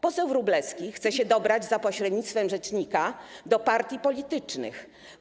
Poseł Wróblewski chce się dobrać za pośrednictwem rzecznika do partii politycznych.